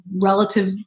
relative